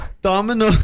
Domino